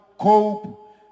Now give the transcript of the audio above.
COPE